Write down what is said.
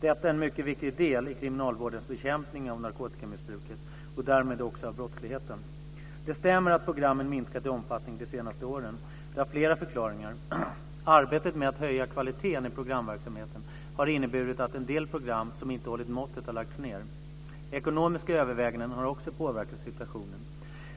Detta är en mycket viktig del i kriminalvårdens bekämpning av narkotikamissbruket och därmed också av brottsligheten. Det stämmer att programmen minskat i omfattning de senaste åren. Det har flera förklaringar. Arbetet med att höja kvaliteten i programverksamheten har inneburit att en del program som inte hållit måttet har lagts ned. Ekonomiska överväganden har också påverkat situationen.